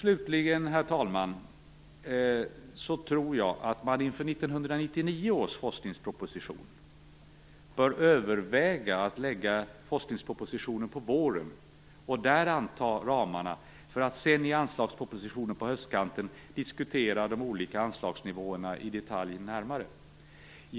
Slutligen, herr talman, tror jag att man inför 1999 års forskningsproposition bör överväga att lägga fram denna på våren och att då anta ramarna. Sedan kan man i anslagspropositionen på höstkanten diskutera de olika anslagsnivåerna närmare i detalj.